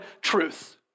truth